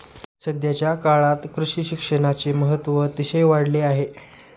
सध्याच्या काळात कृषी शिक्षणाचे महत्त्व अतिशय वाढले आहे